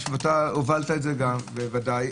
הובלת את זה ודאי,